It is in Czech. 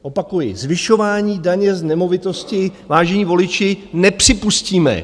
Opakuji: Zvyšování daně z nemovitosti, vážení voliči, nepřipustíme.